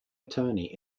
attorney